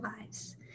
lives